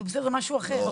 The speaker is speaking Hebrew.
זה משהו אחר.